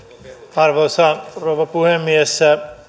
arvoisa rouva puhemies